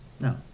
No